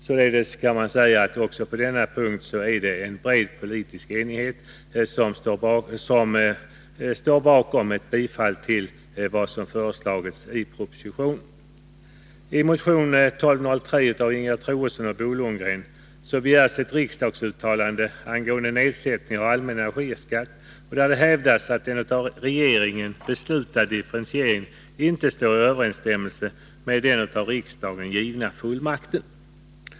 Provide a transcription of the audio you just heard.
Således råder också i detta avseende en bred politisk enighet till förmån för propositionens förslag. I motion nr 1203 av Ingegerd Troedsson och Bo Lundgren begärs ett riksdagsuttalande angående nedsättning av allmän energiskatt, där det hävdas att den av regeringen beslutade differentieringen inte står i överensstämmelse med den av riksdagen givna fullmakten.